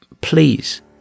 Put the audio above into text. please